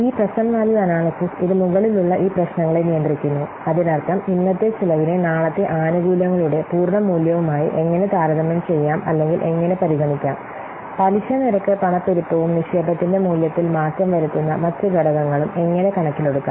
ഈ present value analysis ഇത് മുകളിലുള്ള ഈ പ്രശ്നങ്ങളെ നിയന്ത്രിക്കുന്നു അതിനർത്ഥം ഇന്നത്തെ ചെലവിനെ നാളത്തെ ആനുകൂല്യങ്ങളുടെ പൂർണ്ണ മൂല്യവുമായി എങ്ങനെ താരതമ്യം ചെയ്യാം അല്ലെങ്കിൽ എങ്ങനെ പരിഗണിക്കാം പലിശ നിരക്ക് പണപ്പെരുപ്പവും നിക്ഷേപത്തിന്റെ മൂല്യത്തിൽ മാറ്റം വരുത്തുന്ന മറ്റ് ഘടകങ്ങളും എങ്ങനെ കണക്കിലെടുക്കാം